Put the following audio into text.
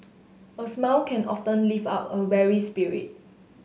a smile can often lift up a weary spirit